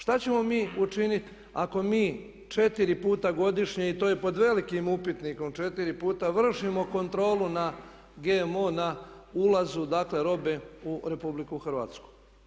Šta ćemo mi učiniti ako mi četiri puta godišnje i to je pod velikim upitnikom, četiri puta vršimo kontrolu na GMO, na ulazu dakle robe u Republiku Hrvatsku.